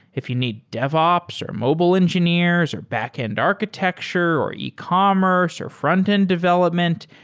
if you need devops, or mobile engineers, or backend architecture, or ecommerce, or frontend development,